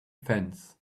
fence